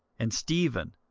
and stephen,